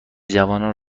جوانان